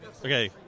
Okay